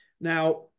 Now